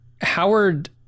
Howard